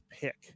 pick